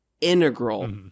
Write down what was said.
integral